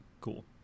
cool